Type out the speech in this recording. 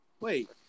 Wait